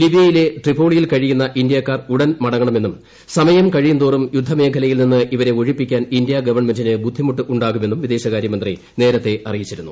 ലിബിയയിലെ ട്രിപ്പോളിയിൽ കഴിയുന്ന ഇന്ത്യക്കാർ ഉടൻ മടങ്ങണമെന്നും സമയം കഴിയുന്തോറും യുദ്ധമേഖലയിൽ നിന്ന് അവരെ ഒഴിപ്പിക്കാൻ ഇന്ത്യ ഗവൺമെന്റിന് ബുദ്ധിമുട്ടു ാകുമെന്നും വിദേശകാര്യമന്ത്രി നേരത്തെ അറിയിച്ചിരുന്നു